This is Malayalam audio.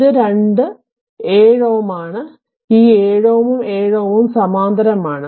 ഇത് രണ്ടു 7Ω ആണ് ഈ 7 Ω ഉം 7Ω ഉം സമാന്തരമാണ്